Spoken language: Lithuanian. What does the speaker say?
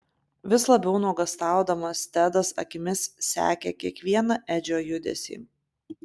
vis labiau nuogąstaudamas tedas akimis sekė kiekvieną edžio judesį